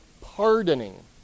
pardoning